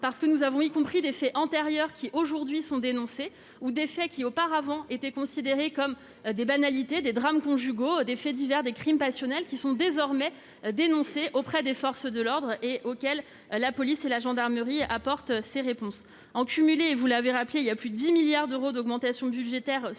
parce que nous avons, y compris des faits antérieurs qui aujourd'hui sont dénoncés ou des faits qui auparavant étaient considérés comme des banalités des drames conjugaux, des faits divers des crimes passionnels qui sont désormais dénoncer auprès des forces de l'ordre et auxquels la police et la gendarmerie apporte ses réponses en cumulé, vous l'avez rappelé il y a plus 10 milliards d'euros d'augmentation budgétaire sur le